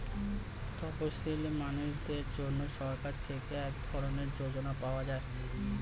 তপসীলি মানুষদের জন্য সরকার থেকে এক ধরনের যোজনা পাওয়া যায়